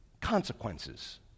consequences